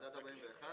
זה עד הסתייגות מספר